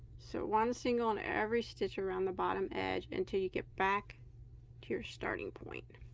so one single and every stitch around the bottom edge until you get back to your starting point